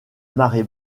marée